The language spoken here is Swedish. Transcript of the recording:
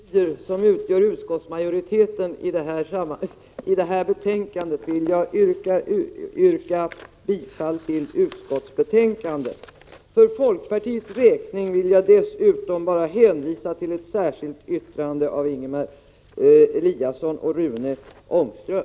Herr talman! Eftersom jag tycks vara den enda företrädaren för utskotts — 1 juni 1987 majoriteten vill jag yrka bifall till utskottets hemställan. För folkpartiets räkning vill jag dessutom bara hänvisa till ett särskilt yttrande av Ingemar Eliasson och Rune Ångström.